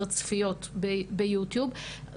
בעיקר את הפעילות זה פרקליטות המדינה,